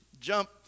jump